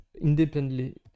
independently